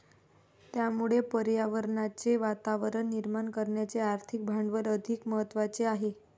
त्यामुळे पर्यावरणाचे वातावरण निर्माण करण्याचे आर्थिक भांडवल अधिक महत्त्वाचे आहे